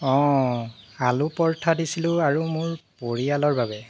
অঁ আলু পৰঠা দিছিলোঁ আৰু মোৰ পৰিয়ালৰ বাবে